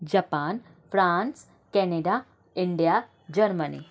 Japan France Canada India Germany